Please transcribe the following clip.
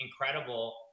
incredible